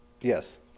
Yes